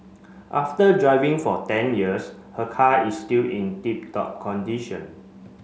after driving for ten years her car is still in tip top condition